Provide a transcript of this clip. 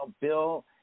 Bill